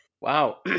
Wow